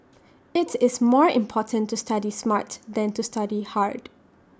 IT is more important to study smart than to study hard